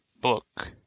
book